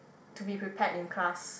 to be prepared in class